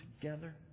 together